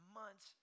months